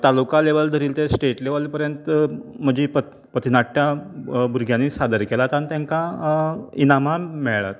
taluka level धरीत तें state level पर्यंत म्हजीं पत पथनाट्यां भुरग्यांनी सादर केल्यां तेकां इनामां मेळ्यांत